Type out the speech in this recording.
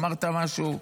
אמרת משהו.